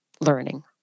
learning